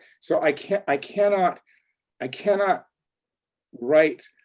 so i cannot i cannot i cannot write